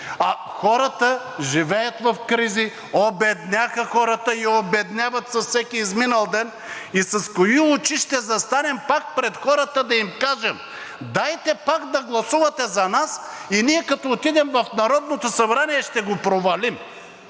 Хората живеят в кризи, обедняха хората и обедняват с всеки изминал ден, с кои очи ще застанем пак пред хората да им кажем: дайте пак да гласувате за нас и ние като отидем в Народното събрание, ще го провалим,